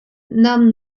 нам